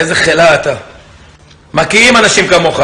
כיוון שלבני יש כבר עבר מפואר של אומץ לב ועמידה מול ראשי עיר